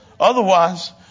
Otherwise